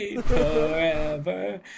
Forever